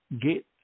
Get